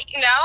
No